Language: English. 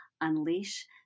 unleash